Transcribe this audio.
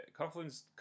Coughlin's